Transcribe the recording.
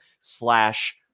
slash